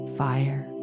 fire